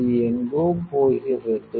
இது எங்கோ போகிறது